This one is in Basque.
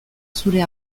zure